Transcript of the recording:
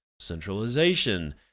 Centralization